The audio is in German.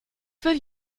will